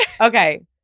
Okay